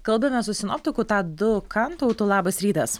kalbame su sinoptiku tadu kantautu labas rytas